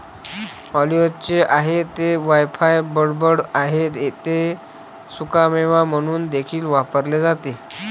ऑलिव्हचे आहे ते वायफळ बडबड आहे ते सुकामेवा म्हणून देखील वापरले जाते